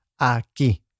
aquí